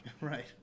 Right